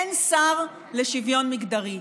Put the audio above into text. אין שר לשוויון מגדרי.